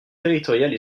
territoriales